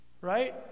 right